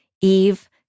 Eve